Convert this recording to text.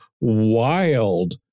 wild